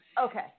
Okay